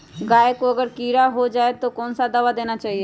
गाय को अगर कीड़ा हो जाय तो कौन सा दवा देना चाहिए?